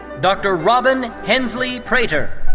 dr. robin hensely prater.